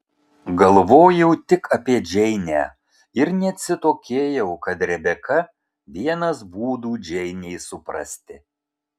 galvojau tik apie džeinę ir neatsitokėjau kad rebeka vienas būdų džeinei suprasti